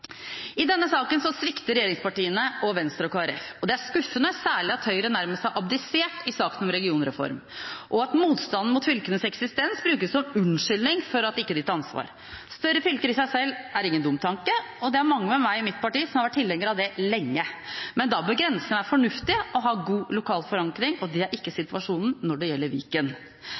I denne saken svikter regjeringspartiene, Venstre og Kristelig Folkeparti. Det er skuffende, særlig at Høyre nærmest har abdisert i saken om regionreform, og at motstanden mot fylkenes eksistens brukes som unnskyldning for at de ikke tar ansvar. Større fylker er i seg selv ingen dum tanke, og det er mange med meg i mitt parti som har vært tilhenger av det lenge. Men da bør grensene være fornuftige og ha god lokal forankring. Det er ikke situasjonen når det gjelder Viken.